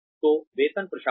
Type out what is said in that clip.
तो वेतन प्रशासन